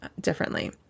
differently